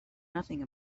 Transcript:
nothing